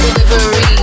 Delivery